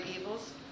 evils